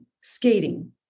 skating